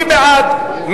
מי בעד?